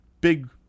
big